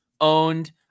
Owned